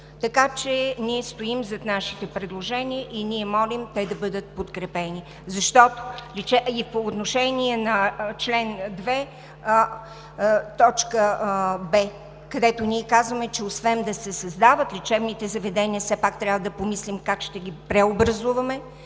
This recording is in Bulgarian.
Така че ние стоим зад нашите предложения и молим те да бъдат подкрепени. По отношение на § 2б казваме, че освен да се създават лечебните заведения, все пак трябва да помислим как ще ги преобразуваме,